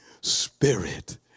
Spirit